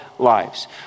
lives